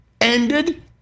ended